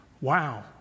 Wow